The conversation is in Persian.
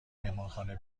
مهمانخانه